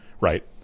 right